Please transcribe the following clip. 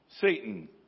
Satan